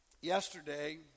Yesterday